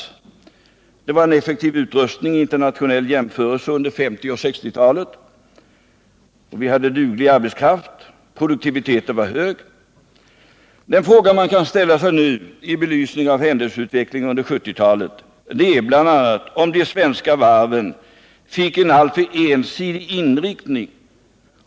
De hade under 1950 och 1960-talen en vid internationell jämförelse effektiv utrustning, de hade duglig arbetskraft, och produktiviteten var hög. En fråga som kan ställas nu, i belysning av händelseutveckling under 1970 talet, är om de svenska varven fick en alltför ensidig inriktning.